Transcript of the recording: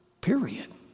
period